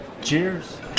Cheers